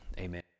Amen